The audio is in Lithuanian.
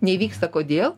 neįvyksta kodėl